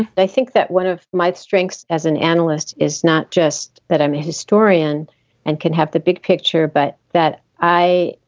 i think that one of my strengths as an analyst is not just that i'm a historian and can have the big picture, but that i.